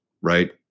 Right